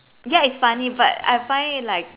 ya it's funny but I find it like